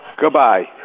goodbye